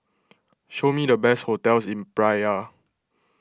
show me the best hotels in Praia